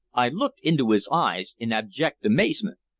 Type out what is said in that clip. i looked into his eyes in abject amazement.